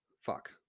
fuck